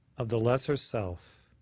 of the lesser self